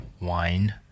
wine